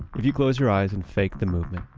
if you close your eyes and fake the movement,